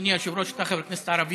אדוני היושב-ראש, אתה חבר כנסת ערבי.